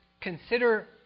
consider